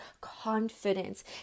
confidence